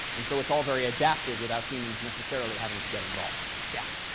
and so it's all very adaptive without humans necessarily having to get involved. yeah?